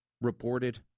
reported